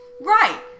right